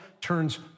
turns